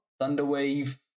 Thunderwave